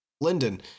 Linden